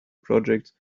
projects